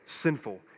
sinful